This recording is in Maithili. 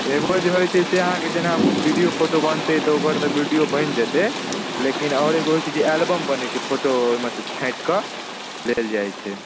एगो जे होइ छै से अहाँके जेना वीडियो फोटो बनतै तऽ ओकर तऽ वीडियो बनि जेतै लेकिन आओर एगो होइ छै जे एलबम बनै छै फोटो ओहिमे सँ छाँटि कऽ लेल जाइत छै